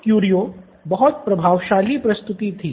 curio बहुत प्रभावशाली प्रस्तुति थी